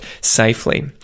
safely